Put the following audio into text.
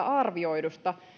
arvioidusta